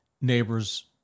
neighbors